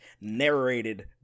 narrated